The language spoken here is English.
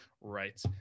right